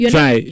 Try